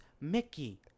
Mickey